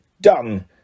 Done